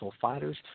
fighters